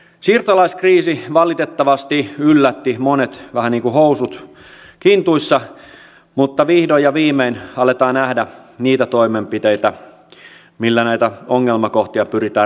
siirtolaiskriisi valitettavasti yllätti monet vähän niin kuin housut kintuissa mutta vihdoin ja viimein aletaan nähdä niitä toimenpiteitä millä näitä ongelmakohtia pyritään ratkaisemaan